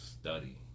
study